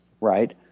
right